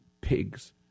pigs